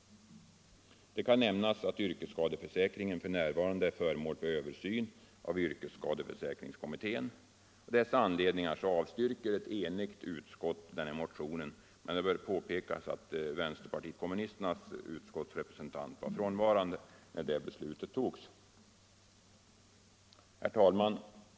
Det kan också nämnas att yrkesskadeförsäkringen f.n. är föremål för översyn av yrkesskadeförsäkringskommittén. Av de orsaker jag redovisat avstyrker ett enigt utskott motionen. Men 75 det bör påpekas att vänsterpartiet kommunisternas utskottsrepresentant var frånvarande när det beslutet fattades. Herr talman!